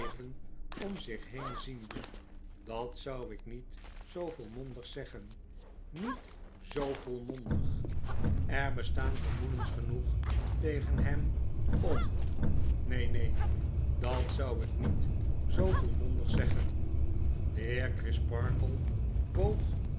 om zich heen ziende dat zou ik niet zoo volmondig zeggen niet zoo volmondig er bestaan vermoedens genoeg tegen hem om neen neen dat zou ik niet zoo volmondig zeggen de heer crisparkle boog